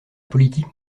politique